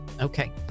Okay